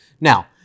now